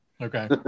okay